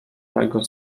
tego